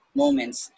moments